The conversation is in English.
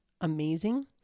amazing